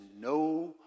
no